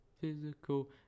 Physical